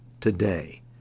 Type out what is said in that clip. today